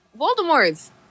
Voldemort's